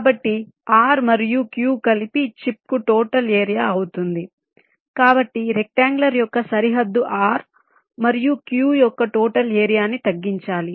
కాబట్టి R మరియు Q కలిపి చిప్కు టోటల్ ఏరియా అవుతుంది కాబట్టి రెక్ట్అంగెల్ యొక్క సరిహద్దు R మరియు Q యొక్క టోటల్ ఏరియా ని తగ్గించాలి